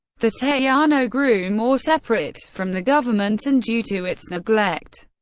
the tejano grew more separate from the government and due to its neglect,